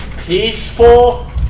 peaceful